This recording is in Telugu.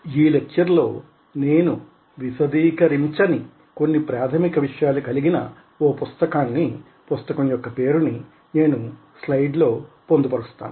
ఈ లెక్చర్ లో నేను విశదీకరించని కొన్నిప్రాథమిక విషయాలు కలిగిన ఓ పుస్తకాన్నిపుస్తకం యొక్క పేరుని నేను స్లైడ్ లో పొందుపరుస్తాను